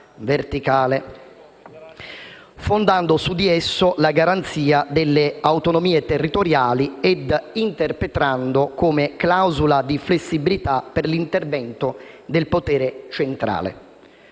verticale, fondando su di esso la garanzia delle autonomie territoriali e interpretandolo come clausola di flessibilità per l'intervento del potere centrale.